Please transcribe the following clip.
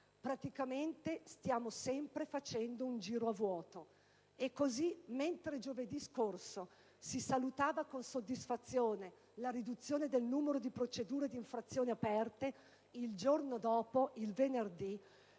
Praticamente, stiamo sempre facendo un giro a vuoto. E così, mentre giovedì scorso si salutava con soddisfazione la riduzione del numero di procedure di infrazione aperte, il giorno dopo, il venerdì,